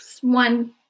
one